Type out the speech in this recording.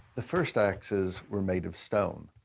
the first axes were made of stone,